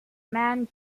men